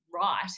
right